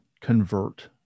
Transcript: convert